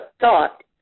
thought